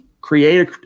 create